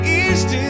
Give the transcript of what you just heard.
east